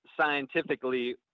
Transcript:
scientifically